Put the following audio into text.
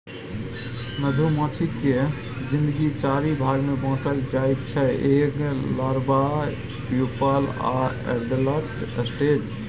मधुमाछी केर जिनगी चारि भाग मे बाँटल जाइ छै एग, लारबा, प्युपल आ एडल्ट स्टेज